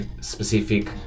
specific